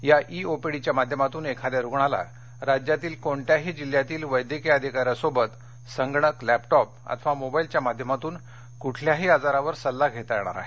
या ई ओपीडीच्या माध्यमातून एखादा रुग्णाला राज्यातील कोणत्याही जिल्ह्यातील वैद्यकीय अधिकाऱ्यांसोबत संगणक लॅपटॉप अथवा मोबाईलच्या माध्यमातून कुठल्याही आजारावर सल्ला घेता येणार आहे